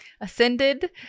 ascended